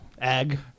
Ag